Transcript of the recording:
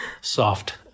soft